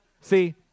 See